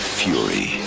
fury